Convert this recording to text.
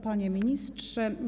Panie Ministrze!